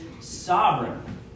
sovereign